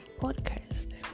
podcast